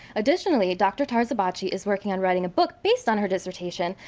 additionally, dr. tarzibachi is working on writing a book based on her dissertation,